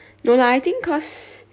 no lah I think cause